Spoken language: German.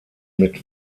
mit